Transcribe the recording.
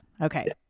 Okay